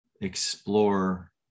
explore